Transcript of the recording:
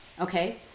okay